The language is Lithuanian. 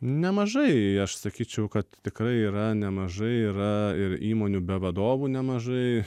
nemažai aš sakyčiau kad tikrai yra nemažai yra ir įmonių be vadovų nemažai